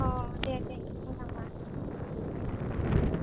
अ दे दे मोजांबा औ